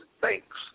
Thanks